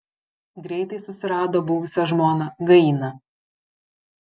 greitai susirado buvusią žmoną gainą